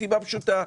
מסיבה פשוטה,